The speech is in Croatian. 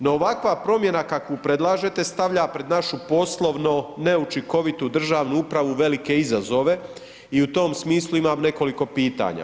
No ovakva promjena kakvu predlažete stavlja pred našu poslovno neučinkovitu državnu upravu velike izazove i u tom smislu imam nekoliko pitanja.